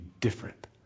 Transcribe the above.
different